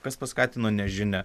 kas paskatino nežinia